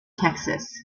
texas